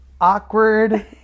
awkward